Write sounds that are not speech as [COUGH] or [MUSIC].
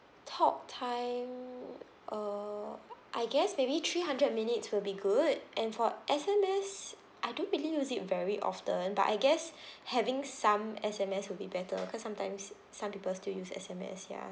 talk time uh I guess maybe three hundred minutes will be good and for S_M_S I don't really use it very often but I guess [BREATH] having some S_M_S will be better because sometimes some people still use S_M_S ya